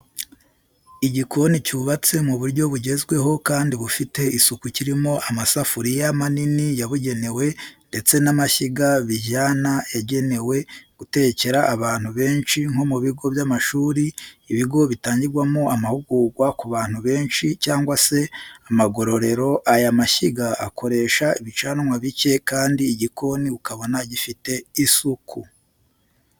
Igikoni cyubatse mu buryo bugezweho kandi bufite isuku kirimo amasafuriya manini yabugenewe ndetse n'amashyiga bijyana yagenewe gutekera abantu benshi nko mu bigo by'amashuri, ibigo bitangirwamo amahugurwa ku bantu benshi, cyangwa se amagororero , aya mashyiga akoresha ibicanwa bike kandi igikoni ukabona gifite isuku.